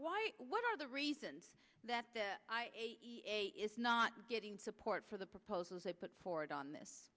why what are the reasons that it's not getting support for the proposals i put forward on this